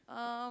um